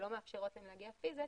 שלא מאפשרות להם להגיע פיזית,